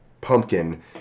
pumpkin